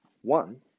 One